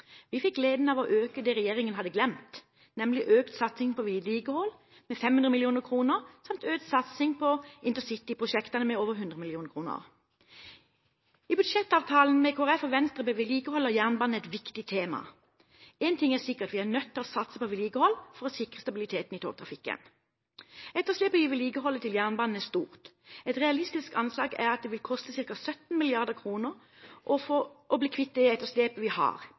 Vi fikk gleden av å øke det regjeringen hadde glemt, nemlig en økt satsing på vedlikehold, med 500 mill. kr, samt en økt satsing på intercityprosjektene, med over 100 mill. kr. I budsjettavtalen med Kristelig Folkeparti og Venstre ble vedlikehold av jernbanen et viktig tema. En ting er sikkert: Vi er nødt til å satse på vedlikehold for å sikre stabilitet i togtrafikken. Etterslepet i vedlikeholdet på jernbanen er stort. Et realistisk anslag er at det vil koste ca. 17 mrd. kr å bli kvitt det etterslepet vi har,